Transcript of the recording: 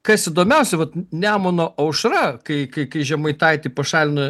kas įdomiausia vat nemuno aušra kai kai kai žemaitaitį pašalino